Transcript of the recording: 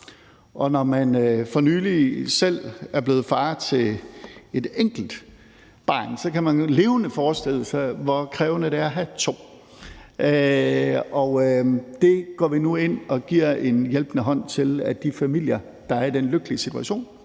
Og når man for nylig selv er blevet far til et enkelt barn, kan man jo levende forestille sig, hvor krævende det er at have to, og det går vi nu ind og giver en hjælpende hånd til, så de familier, der er i den lykkelige situation,